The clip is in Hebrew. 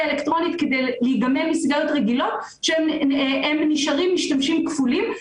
אלקטרוניות כדי להיגמל מסיגריות רגילות שנשארים משתמשים כפולים.